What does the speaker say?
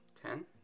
Ten